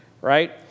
right